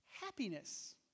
happiness